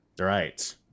Right